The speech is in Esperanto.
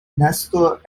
nesto